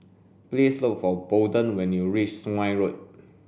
please look for Bolden when you reach Sungei Road